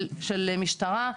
של משטרה,